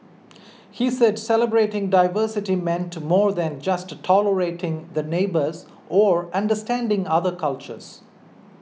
he said celebrating diversity meant to more than just tolerating the neighbours or understanding other cultures